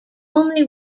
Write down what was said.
only